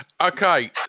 Okay